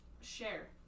Share